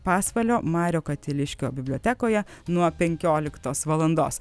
pasvalio mariaus katiliškio bibliotekoje nuo penkioliktos valandos